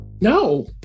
No